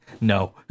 No